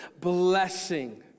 blessing